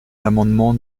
l’amendement